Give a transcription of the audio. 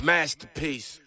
Masterpiece